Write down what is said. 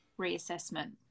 reassessment